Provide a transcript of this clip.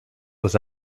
was